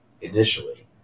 initially